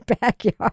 backyard